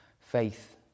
faith